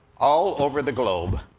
all over the globe,